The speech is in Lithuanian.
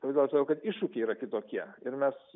todėl kad iššūkiai yra kitokie ir mes